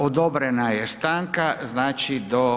Odobrena je stanka, znači do